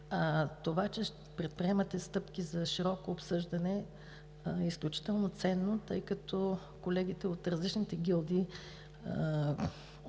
Това, че предприемате стъпки за широко обсъждане, е изключително ценно, тъй като колегите от различните гилдии,